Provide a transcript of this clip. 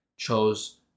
Chose